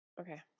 Okay